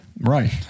Right